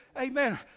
Amen